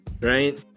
right